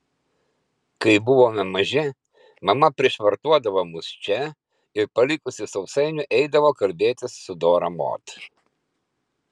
kai buvome maži mama prišvartuodavo mus čia ir palikusi sausainių eidavo kalbėtis su dora mod